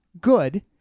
good